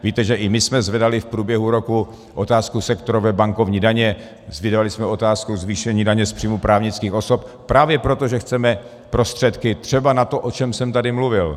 Víte, že i my jsme zvedali v průběhu roku otázku sektorové bankovní daně, vyzdvihovali jsme otázku zvýšení daně z příjmu právnických osob právě proto, že chceme prostředky třeba na to, o čem jsem tady mluvil.